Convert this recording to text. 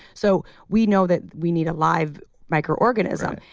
so we know that we need a live microorganism.